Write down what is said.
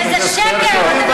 וזה שקר,